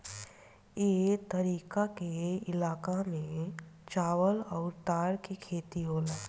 ए तरीका के इलाका में चावल अउर तार के खेती होला